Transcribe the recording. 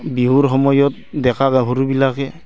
বিহুৰ সময়ত ডেকা গাভৰুবিলাকে